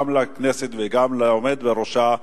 גם לכנסת וגם לעומד בראשה,